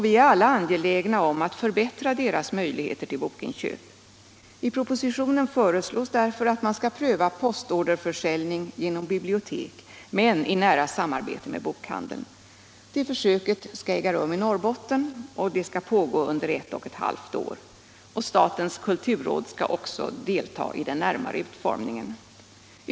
Vi är alla angelägna om att förbättra deras möjligheter till bokinköp. I propositionen föreslås därför att man skall pröva postorderförsäljning genom bibliotek men i nära samarbete med bokhandeln. Detta försök skall äga rum i Norrbotten och pågå under ett och ett halvt år. Statens kulturråd skall delta i den närmare utformningen.